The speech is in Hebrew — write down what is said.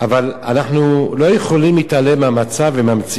אבל אנחנו לא יכולים להתעלם מהמצב ומהמציאות.